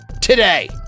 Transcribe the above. today